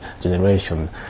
generation